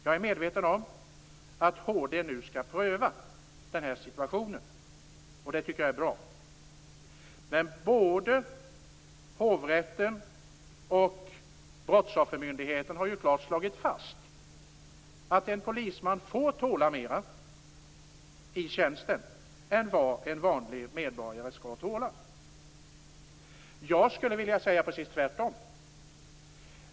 Jag är medveten om att HD nu skall pröva den här situationen, och det tycker jag är bra. Men både hovrätten och Brottsoffermyndigheten har ju klart slagit fast att en polisman får tåla mera i tjänsten än vad en vanlig medborgare skall tåla. Jag skulle vilja säga precis tvärtom.